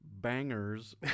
bangers